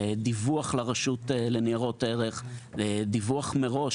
דיווח לרשות ניירות ערך; דיווח מראש,